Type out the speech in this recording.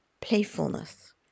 playfulness